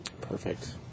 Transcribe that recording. Perfect